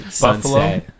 Buffalo